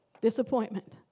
Disappointment